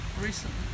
recently